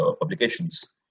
publications